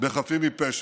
בחפים מפשע.